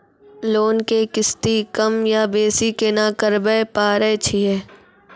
Loan के किस्ती कम या बेसी केना करबै पारे छियै?